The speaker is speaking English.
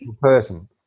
person